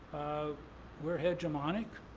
we're hegemonic.